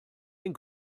ein